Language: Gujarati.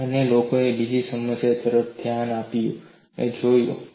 અને લોકોએ બીજી સમસ્યા તરફ પણ જોયું છે